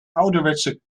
ouderwetse